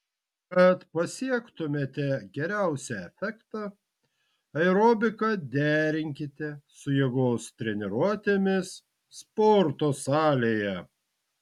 kad pasiektumėte geriausią efektą aerobiką derinkite su jėgos treniruotėmis sporto salėje